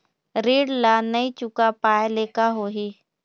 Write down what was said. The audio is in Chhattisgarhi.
ऋण ला नई चुका पाय ले का होही?